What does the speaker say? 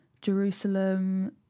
Jerusalem